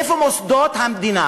איפה מוסדות המדינה